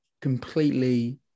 completely